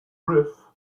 riff